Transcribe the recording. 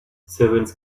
servants